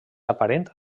aparent